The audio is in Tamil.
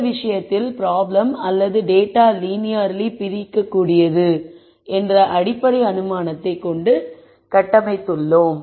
இந்த விஷயத்தில் பிராப்ளம் அல்லது டேட்டா லீனியர்லி பிரிக்கக்கூடியது என்ற அடிப்படை அனுமானத்தை கொண்டு கட்டமைக்கப்பட்டுள்ளது